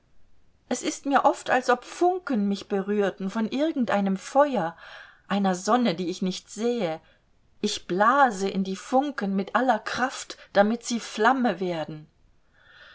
es ist mir oft als ob funken mich berührten von irgend einem feuer einer sonne die ich nicht sehe ich blase in die funken mit aller kraft damit sie flamme werden